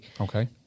Okay